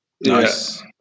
Nice